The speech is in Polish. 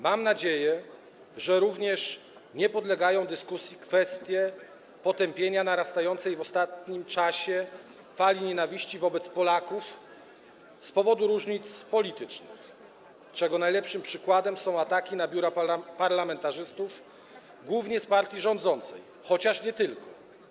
Mam nadzieję, że również nie podlegają dyskusji kwestie potępienia narastającej w ostatnim czasie fali nienawiści wobec Polaków z powodu różnic politycznych, czego najlepszym przykładem są ataki na biura parlamentarzystów, głównie z partii rządzącej, chociaż nie tylko.